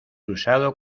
usado